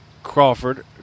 Crawford